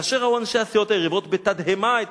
כאשר ראו אנשי הסיעות היריבות בתדהמה את